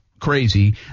crazy